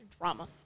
Drama